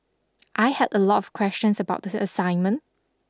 I had a lot of questions about the assignment